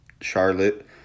charlotte